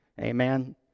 amen